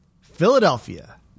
Philadelphia